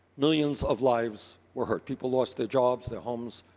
millions of lives were hurt. people lost their jobs, their homes,